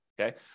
okay